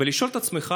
ולשאול את עצמך,